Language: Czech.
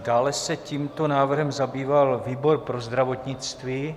Dále se tímto návrhem zabýval výbor pro zdravotnictví.